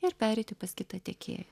ir pereiti pas kitą tiekėją